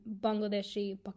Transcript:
bangladeshi